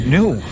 new